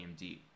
AMD